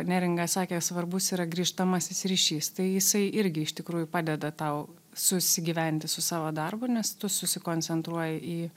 neringa sakė svarbus yra grįžtamasis ryšys tai jisai irgi iš tikrųjų padeda tau susigyventi su savo darbu nes tu susikoncentruoji į